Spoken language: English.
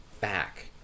back